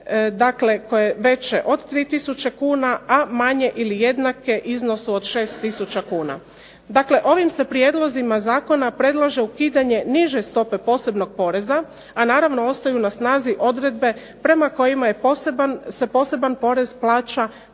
koje je veće od 3 tisuće kuna, a manje ili jednake iznosu od 6 tisuća kuna. Dakle, ovim se prijedlozima zakona predlaže ukidanje niže stope posebnog poreza, a naravno ostaju na snazi odredbe prema kojima se poseban porez plaća